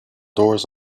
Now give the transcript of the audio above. doors